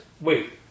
Wait